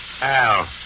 Al